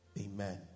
Amen